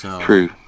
True